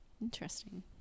Interesting